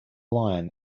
line